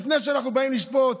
לפני שאנחנו באים לשפוט,